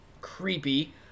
creepy